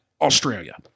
Australia